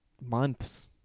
months